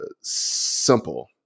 Simple